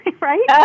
right